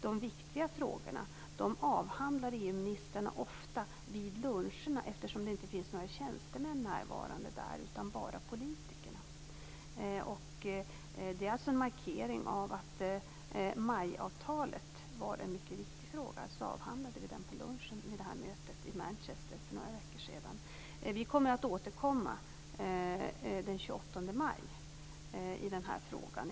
EU ministrarna avhandlar ofta de viktiga frågorna vid luncherna eftersom det inte finns några tjänstemän närvarande då utan bara politiker. Det är alltså en markering av att MAI-avtalet var en mycket viktig fråga. Det var därför vi avhandlade den på lunchen vid det här mötet i Manchester för några veckor sedan. Vi kommer att återkomma till den här frågan den 28 maj.